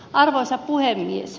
arvoisa puhemies